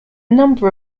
number